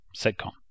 sitcom